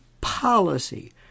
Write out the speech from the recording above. policy